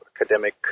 academic